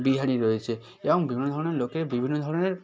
বিহারি রয়েছে এরকম বিভিন্ন ধরনের লোকের বিভিন্ন ধরনের